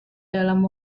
dalam